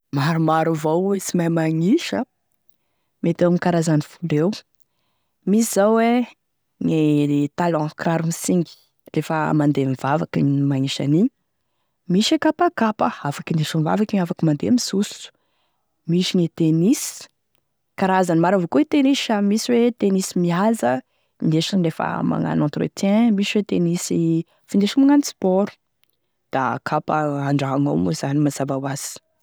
Maromaro avao hoy e sy mahay magnisa, mety amin'ny karazany folo eo: misy zao e gne talon kiraro misingy lefa mandeha mivavaky ny magnisy an'igny, misy e kapakapa afaky indesigny mivavaky igny afaka mandeha mizoso, misy gne tenisy karazany maro avao koe e tenisy sa misy hoe tenisy mihaza indesigny lefa magnano entretien, misy hoe tenisy findesiny magnano sport, da kapa andragno ao moa zany mazava ho azy.